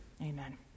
Amen